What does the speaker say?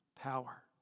power